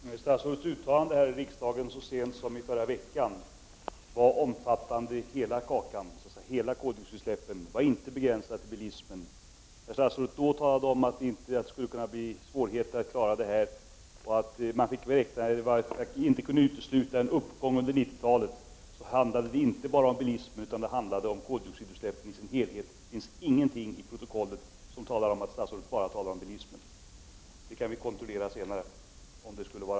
Herr talman! Statsrådets uttalande i riksdagen så sent som i förra veckan omfattade så att säga hela kakan, dvs. alla koldioxidutsläppen, och var inte begränsat till bilismen. Statsrådet talade då om att det skulle kunna bli svårigheter att klara detta och att man inte kan utesluta en uppgång under 90 talet. Det handlade då inte bara om bilismen, utan det handlade om koldioxidutsläppen i sin helhet. Det finns inget i protokollet som visar att statsrådet enbart talade om bilismen. Det kan vi kontrollera senare.